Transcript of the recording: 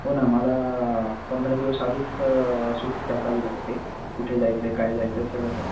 हो ना मला पंधरा दिवस आधीच सुट्टी टाकावी लागते कुठे जायचं आहे काय जायचं आहे सगळं तर